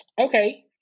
Okay